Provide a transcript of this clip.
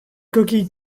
coquille